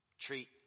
treat